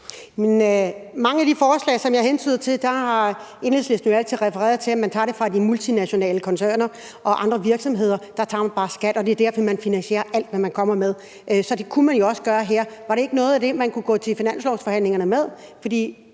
I mange af de forslag, som jeg hentyder til, har Enhedslisten altid refereret til, at man tager det fra de multinationale koncerner og andre virksomheder over skatten, og det er på den måde, man finansierer alt, hvad man kommer med. Så det kunne man også gøre her. Var det ikke noget, man kunne gå til finanslovsforhandlingerne med? Man